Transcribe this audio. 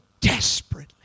desperately